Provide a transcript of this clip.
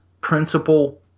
principle